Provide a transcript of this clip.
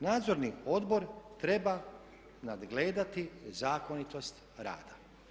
Nadzorni odbor treba nadgledati zakonitost rada.